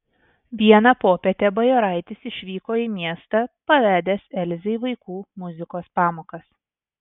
vieną popietę bajoraitis išvyko į miestą pavedęs elzei vaikų muzikos pamokas